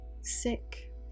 Sick